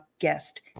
guest